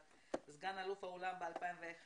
סגן אלוף האולם בשנת 2001,